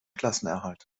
klassenerhalt